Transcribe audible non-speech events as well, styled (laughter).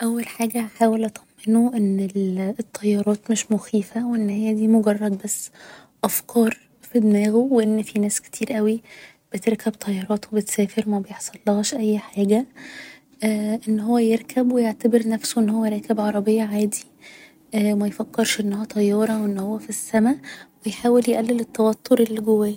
اول حاجة هحاول أطمنه ان الطيارات مش مخيفة و إن هي دي مجرد بس افكار في دماغه و إن في ناس كتير اوي بتركب طيارات و بتسافر و مبيحصلهاش اي حاجة إن هو يركب و يعتبر نفسه انه هو راكب عربية عادي (hesitation) ميفكرش انها طيارة و ان هو في السما و يحاول يقلل التوتر اللي جواه